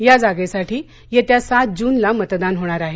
या जागेसाठी येत्या सात जूनला मतदान होणार आहे